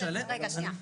נכון.